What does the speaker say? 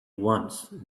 once